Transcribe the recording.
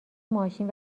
ماشین